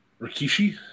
Rikishi